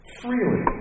freely